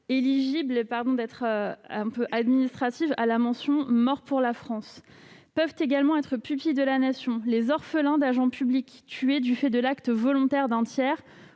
le rendant éligible à la mention « Mort pour la France ». Peuvent également être pupilles de la Nation les orphelins d'agents publics tués du fait de l'acte volontaire d'un tiers